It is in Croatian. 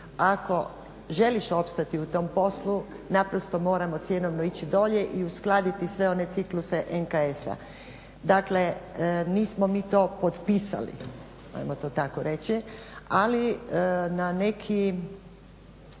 ako želiš opstati u tom poslu naprosto moramo cjenovno ići dolje i uskladiti sve one cikluse NKS-a. Dakle, nismo mi to potpisali, ajmo to tako reći ali na nekim,